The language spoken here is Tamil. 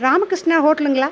ராமகிருஷ்ணா ஹோட்டலுங்களா